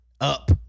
up